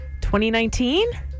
2019